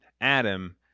Adam